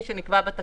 כפי שנקבע בתקנות,